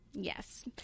yes